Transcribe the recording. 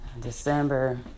December